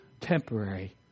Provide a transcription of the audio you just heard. temporary